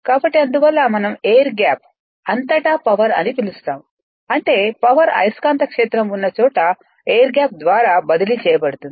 కాబట్టి అందువల్ల మనం ఎయిర్ గ్యాప్ ఎయిర్ గ్యాప్ అంతటా పవర్ అని పిలుస్తాము అంటే పవర్ అయస్కాంత క్షేత్రం ఉన్న చోట ఎయిర్ గ్యాప్ ద్వారా బదిలీ చేయబడుతుంది